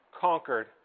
conquered